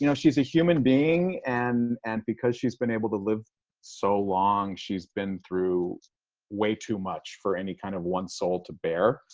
you know she's a human being. and and because she's been able to live so long, she's been through way too much for any kind of one soul to bear.